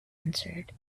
answered